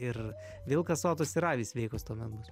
ir vilkas sotus ir avys sveikos tuomet bus